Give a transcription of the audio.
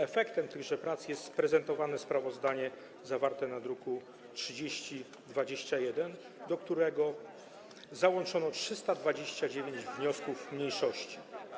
Efektem tychże prac jest prezentowane sprawozdanie zawarte w druku nr 3021, do którego załączono 329 wniosków mniejszości.